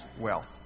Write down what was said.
wealth